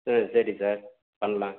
ஆ சரி சார் பண்ணலாம்